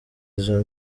izo